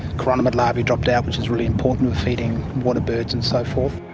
chironomid larvae dropped out which is really important for feeding water birds and so forth.